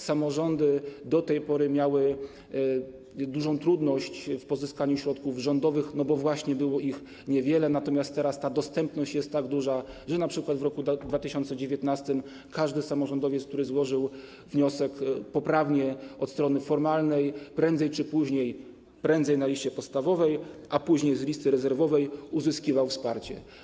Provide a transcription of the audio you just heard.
Samorządy do tej pory miały dużą trudność w pozyskaniu środków rządowych, bo właśnie było ich niewiele, natomiast teraz ta dostępność jest tak duża, że np. w 2019 r. każdy samorządowiec, który złożył wniosek poprawnie od strony formalnej, prędzej czy później, prędzej na liście podstawowej, a później z listy rezerwowej, uzyskiwał wsparcie.